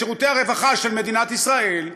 את שירותי הרווחה של מדינת ישראל,